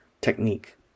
technique